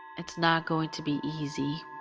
it's not going to be easy